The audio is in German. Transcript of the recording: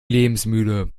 lebensmüde